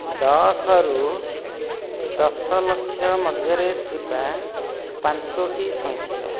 ଦଶରୁ ଦଶ ଲକ୍ଷ ମଧ୍ୟରେ ଥିବା ପାଞ୍ଚୋଟି ସଂଖ୍ୟା